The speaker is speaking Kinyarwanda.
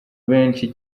benshi